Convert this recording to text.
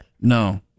No